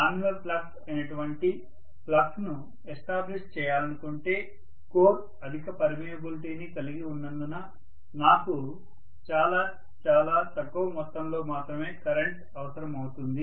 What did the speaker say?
nominal flux అయినటువంటి flux ను establish చేయాలనుకుంటే కోర్ అధిక పర్మియబిలిటీని కలిగి ఉన్నందున నాకు చాలా చాలా తక్కువ మొత్తంలో మాత్రమే కరెంట్ అవసరం అవుతుంది